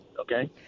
Okay